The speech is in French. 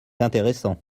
intéressant